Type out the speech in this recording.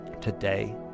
today